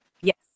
Yes